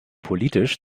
politisch